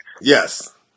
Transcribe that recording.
Yes